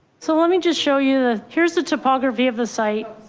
so let me just show you the here's the topography of the site.